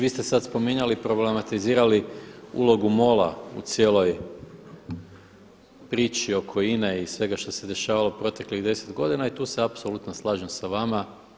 Vi ste sad spominjali problematizirali ulogu MOL-a u cijeloj priči oko INA-e i svega što se dešavalo proteklih 10 godina i tu se apsolutno slažem sa vama.